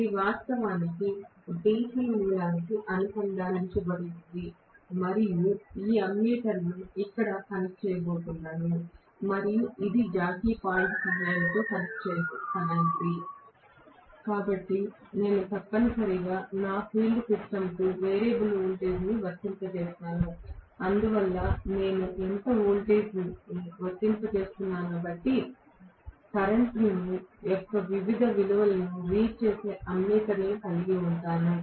ఇది వాస్తవానికి DC మూలానికి అనుసంధానించబడి ఉంది మరియు నేను ఈ అమ్మీటర్ను ఇక్కడ కనెక్ట్ చేయబోతున్నాను మరియు ఇది జాకీ పాయింట్ సహాయంతో కనెక్ట్ కానుంది కాబట్టి నేను తప్పనిసరిగా నా ఫీల్డ్ సిస్టమ్కు వేరియబుల్ వోల్టేజ్ను వర్తింపజేస్తాను అందువల్ల నేను ఎంత వోల్టేజ్ను వర్తింపజేస్తున్నానో బట్టి కరెంట్ల యొక్క వివిధ విలువలను రీడ్ చేసే అమ్మీటర్ను కలిగి ఉంటాను